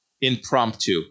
impromptu